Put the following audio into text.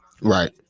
right